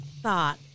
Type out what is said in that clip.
thought